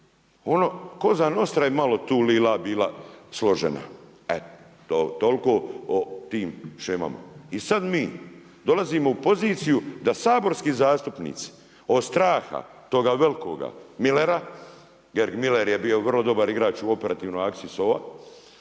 ono „Cosa nostra“ je malo tulila, bila složena, eto, toliko o tim shemama. I sada mi dolazimo u poziciju da saborski zastupnici od straha toga velikoga Milera, …/Govornik se ne razumije./… Miler je bio vrlo dobar igrač u operativnoj akciji SOA